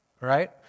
Right